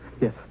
Yes